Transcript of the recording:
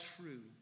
true